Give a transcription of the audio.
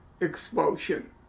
expulsion